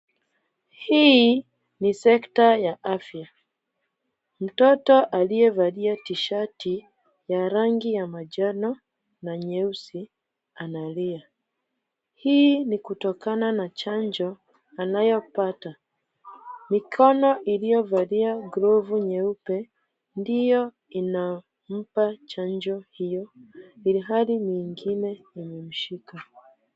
Hii ni sekta ya afya. Mtoto aliyevalia tishati ya rangi ya manjano na nyeusi analia. Hii ni kutokana na chanjo anayopata. Mikono iliyovalia glovu nyeupe, ndio inampa chanjo hiyo ilhali mingine imemshika.